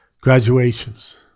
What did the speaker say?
graduations